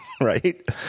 right